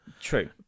True